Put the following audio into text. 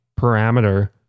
parameter